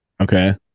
Okay